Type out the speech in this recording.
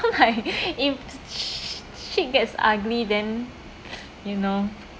if sh~ shit gets ugly then you know